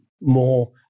more